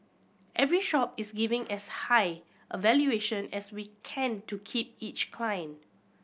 every shop is giving as high a valuation as we can to keep each client